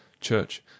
CHURCH